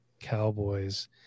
Cowboys